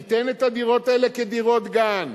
תיתן את הדירות האלה כדירות גן,